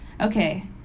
okay